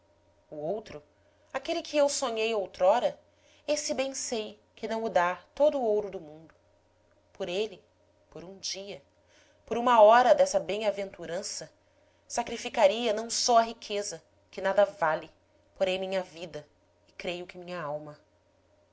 o outro aquele que eu sonhei outrora esse bem sei que não o dá todo o ouro do mundo por ele por um dia por uma hora dessa bem-aventurança sacrificaria não só a riqueza que nada vale porém minha vida e creio que minha alma